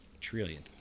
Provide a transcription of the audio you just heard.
trillion